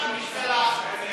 נכון.